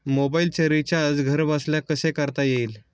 मोबाइलचे रिचार्ज घरबसल्या कसे करता येईल?